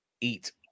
eat